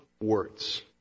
words